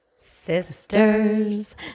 sisters